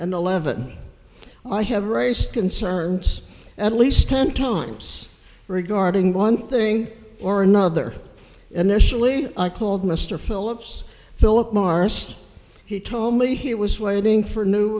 and eleven i have raised concerns at least ten times regarding one thing or another initially i called mr philips philip morris he told me he was waiting for new